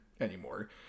anymore